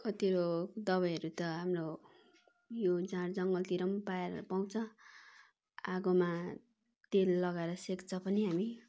कति यो दबाईहरू त हाम्रो यो झार जङ्गलतिर पाए पाउँछ आगोमा तेल लगाएर सेक्छ पनि हामी